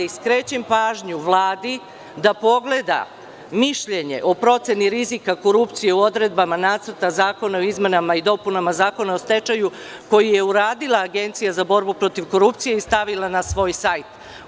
Skrećem pažnju Vladi da pogleda mišljenje o proceni rizika korupcije u odredbama Nacrta zakona o izmenama i dopunama Zakona o stečaju, koji je uradila Agencija za borbu protiv korupcije i stavila na svoj sajt.